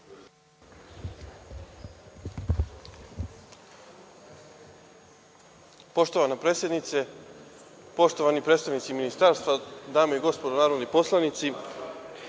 Poštovana predsednice, poštovani predstavnici ministarstva, dame i gospodo narodni poslanici,